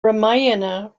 ramayana